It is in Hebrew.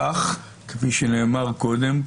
כפי שנאמר קודם,